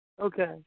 Okay